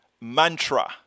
mantra